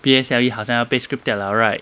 P_S_L_E 好像要被 scrap 掉了 right